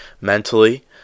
mentally